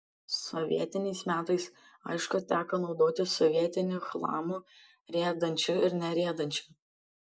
sovietiniais metais aišku teko naudotis sovietiniu chlamu riedančiu ir neriedančiu